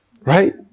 Right